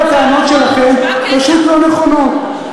כל הטענות שלכם פשוט לא נכונות.